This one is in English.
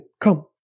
come